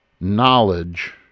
knowledge